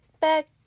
back